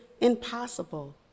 impossible